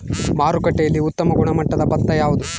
ಮಾರುಕಟ್ಟೆಯಲ್ಲಿ ಉತ್ತಮ ಗುಣಮಟ್ಟದ ಭತ್ತ ಯಾವುದು?